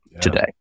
today